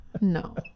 No